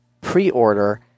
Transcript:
pre-order